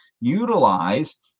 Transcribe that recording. utilize